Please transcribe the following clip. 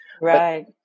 right